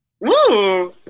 Woo